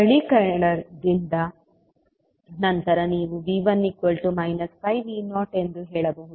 ಸರಳೀಕರಣದ ನಂತರ ನೀವು V1 5V0 ಎಂದು ಹೇಳಬಹುದು